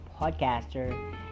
podcaster